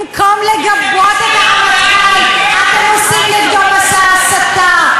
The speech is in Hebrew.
במקום לגבות את הרמטכ"ל אתם עושים נגדו מסע הסתה.